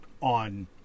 on